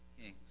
kings